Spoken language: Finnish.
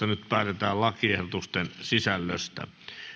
nyt päätetään lakiehdotusten sisällöstä